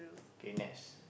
kay next